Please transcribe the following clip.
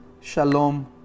shalom